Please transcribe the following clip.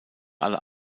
alle